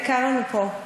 בגלל זה קר לנו פה.